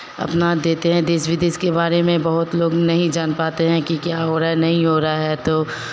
अपना देते हैं देश विदेश के बारे में बहुत लोग नहीं जान पाते हैं कि क्या हो रहा नहीं हो रहा है तो